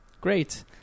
Great